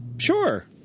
sure